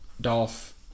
Dolph